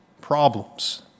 problems